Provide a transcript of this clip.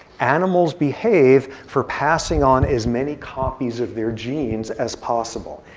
animals behave for passing on as many copies of their genes as possible.